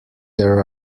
there